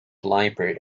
library